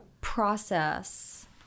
process